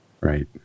Right